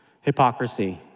Hypocrisy